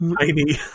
tiny